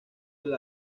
del